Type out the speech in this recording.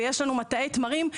ויש לנו מטעי תמרים.